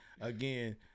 Again